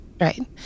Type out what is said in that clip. Right